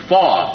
Four